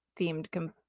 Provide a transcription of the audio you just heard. themed